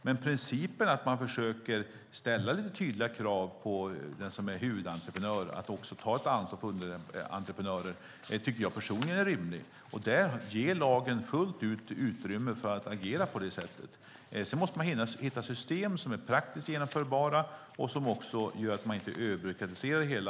Men principen, att man försöker ställa lite tydligare krav på den som är huvudentreprenör att också ta ett ansvar för underentreprenörer, tycker jag personligen är rimlig. Där ger lagen fullt ut utrymme för att agera på det sättet. Sedan måste man hitta system som är praktiskt genomförbara och som också gör att man inte överbyråkratiserar det hela.